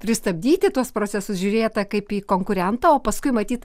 pristabdyti tuos procesus žiūrėta kaip į konkurentą o paskui matyt